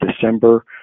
December